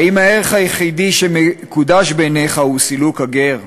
האם הערך היחיד שמקודש בעיניך הוא סילוק הגר?